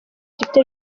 gifite